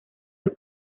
los